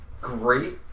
great